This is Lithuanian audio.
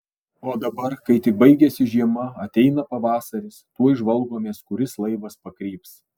o dabar kai tik baigiasi žiema ateina pavasaris tuoj žvalgomės kuris laivas pakryps